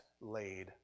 laid